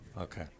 Okay